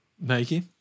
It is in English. Nike